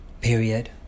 period